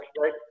Right